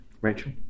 Rachel